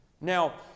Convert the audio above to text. Now